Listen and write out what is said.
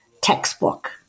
textbook